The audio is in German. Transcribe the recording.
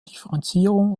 differenzierung